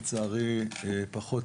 לצערי פחות,